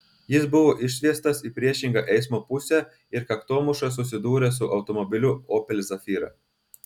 jis buvo išsviestas į priešingą eismo pusę ir kaktomuša susidūrė su automobiliu opel zafira